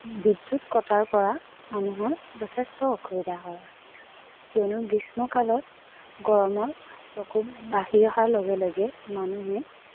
বিদ্য়ুত কটাৰ পৰা মানুহৰ যথেষ্ট অসুবিধা হয় কিয়নো গ্ৰীষ্মকালত গৰমৰ প্ৰকোপ বাঢ়ি অহাৰ লগে লগে মানুহে